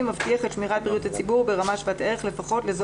מבטיח את שמירת בריאות הציבור ברמה שוות ערך לפחות לזו